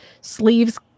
sleeves